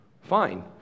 fine